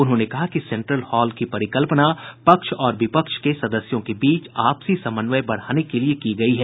उन्होंने कहा कि सेंट्रल हॉल की परिकल्पना पक्ष और विपक्ष के सदस्यों के बीच आपसी समन्वय बढ़ाने के लिये की गयी है